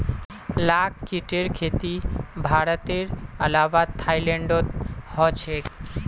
लाख कीटेर खेती भारतेर अलावा थाईलैंडतो ह छेक